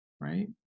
right